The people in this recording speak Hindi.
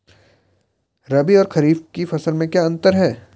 रबी और खरीफ की फसल में क्या अंतर है?